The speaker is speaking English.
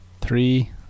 three